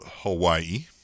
Hawaii